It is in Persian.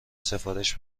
سفارش